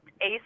ace